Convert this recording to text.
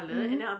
mmhmm